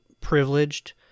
privileged